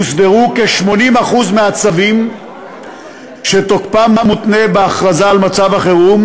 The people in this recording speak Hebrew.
הוסדרו כ-80% מהצווים שתוקפם מותנה בהכרזה על מצב החירום,